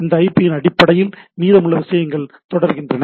இந்த ஐபியின் அடிப்படையில் மீதமுள்ள விஷயங்கள் தொடர்கின்றன